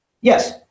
Yes